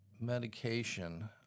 medication